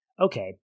okay